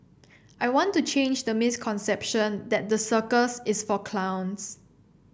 I want to change the misconception that the circus is for clowns